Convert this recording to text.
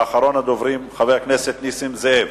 ואחרון הדוברים הוא חבר הכנסת נסים זאב.